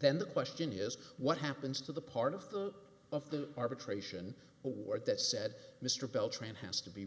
then the question is what happens to the part of the of the arbitration award that said mr bell tran has to be